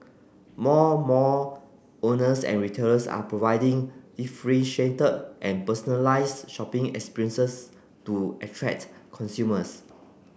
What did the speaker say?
more mall owners and retailers are providing differentiated and personalised shopping experiences to attract consumers